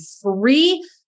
free